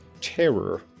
terror